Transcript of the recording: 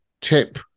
tip